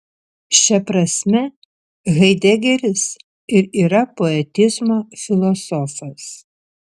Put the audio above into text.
šia prasme haidegeris ir yra poetizmo filosofas